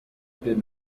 did